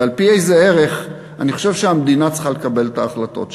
ועל-פי איזה ערך אני חושב שהמדינה צריכה לקבל את ההחלטות שלה,